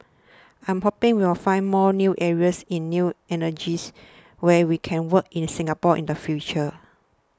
I'm hoping we will find more new areas in new energies where we can work in Singapore in the future